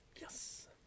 yes